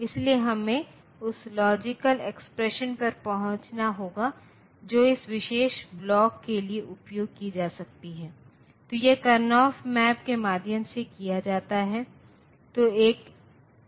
इसलिए हमें उस लॉजिकल एक्सप्रेशन पर पहुंचना होगा जो इस विशेष ब्लॉक के लिए उपयोग की जा सकती है तो यह करएनफ मैप के माध्यम से किया जाता है